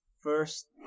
first